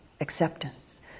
acceptance